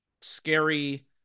scary